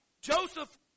Joseph